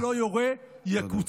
יכולתם לומר: מה שלא יורה, יקוצץ.